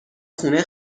خونه